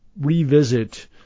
revisit